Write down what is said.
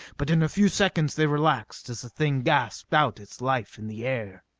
but in a few seconds they relaxed as the thing gasped out its life in the air.